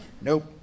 Nope